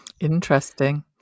Interesting